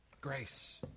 grace